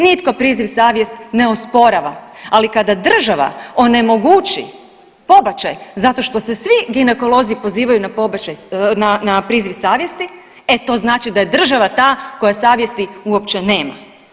Nitko priziv savjesti ne osporava, ali kada država onemogući pobačaj zato što se svi ginekolozi pozivaju na priziv savjesti, e to znači da je država ta koja savjesti uopće nema.